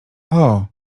ooo